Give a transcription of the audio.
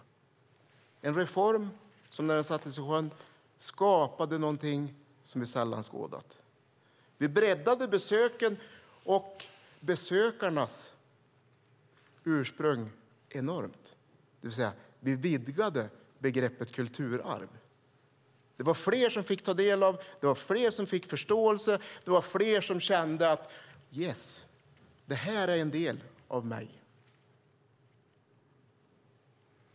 Det är en reform som när den sattes i sjön skapade någonting som vi sällan har skådat. Vi breddade besöken och besökarnas ursprung enormt, det vill säga att vi vidgade begreppet kulturarv. Det var fler som fick ta del av det, och det var fler som fick förståelse. Det var fler som kände: Yes - det här är en del av mig!